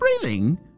breathing